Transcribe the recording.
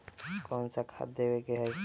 कोन सा खाद देवे के हई?